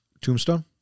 Tombstone